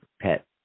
pet